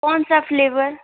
कौनसा फ़्लेवर